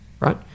Right